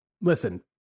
listen